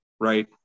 right